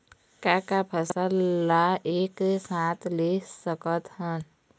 का का फसल ला एक साथ ले सकत हन?